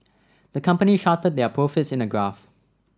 the company charted their profits in a graph